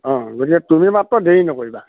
অঁ গতিকে তুমি মাত্ৰ দেৰি নকৰিবা